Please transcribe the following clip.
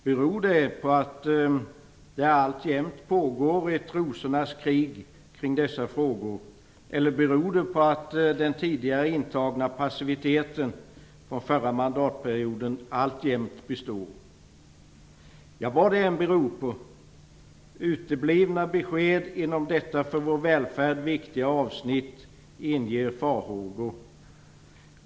Beror det på att det alltjämt pågår ett rosornas krig i dessa frågor eller beror på att den tidigare intagna passiviteten under den förra mandatperioden alltjämt består? Vad det än beror på inger uteblivna besked på detta viktiga avsnitt farhågor.